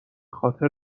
خاطر